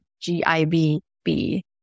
G-I-B-B